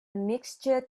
mixture